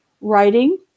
writing